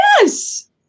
yes